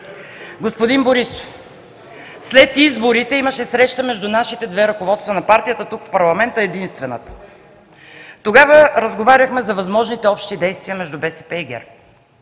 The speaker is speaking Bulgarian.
господин Борисов, след изборите имаше среща между нашите две ръководства на партиите тук, в парламента – единствената. Тогава разговаряхме за възможните общи действия между БСП и ГЕРБ.